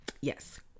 Yes